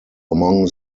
among